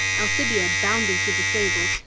alcibiade bounded to the stable,